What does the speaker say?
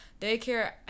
Daycare